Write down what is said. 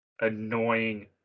annoying